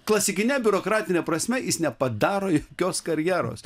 klasikine biurokratine prasme jis nepadaro jokios karjeros